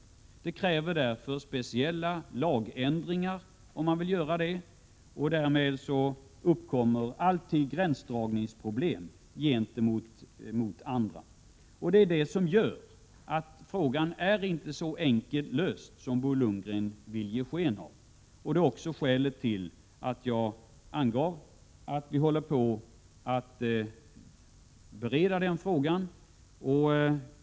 Det krävs speciella lagändringar, och därmed uppkommer, som alltid i sådana fall, gränsdragningsproblem. Det är detta som gör att frågan inte är så enkel att lösa som Bo Lundgren vill ge sken av. Det är också skälet till att vi, som jag sade, håller på att bereda den frågan.